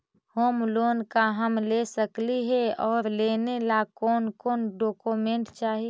Home loan का हम ले सकली हे, और लेने ला कोन कोन डोकोमेंट चाही?